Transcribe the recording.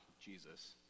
Jesus